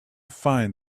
find